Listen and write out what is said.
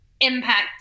Impact